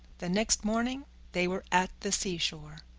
the next morning they were at the seashore.